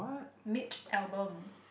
Mitch Albom